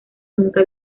nunca